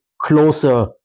closer